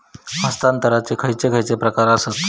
हस्तांतराचे खयचे खयचे प्रकार आसत?